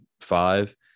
five